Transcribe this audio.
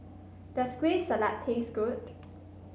does Kueh Salat taste good